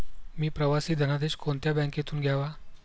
मी प्रवासी धनादेश कोणत्या बँकेतून घ्यावा?